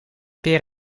peren